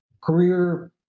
career